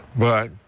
but,